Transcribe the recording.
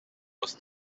aus